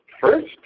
first